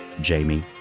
Jamie